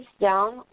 down